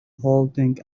holding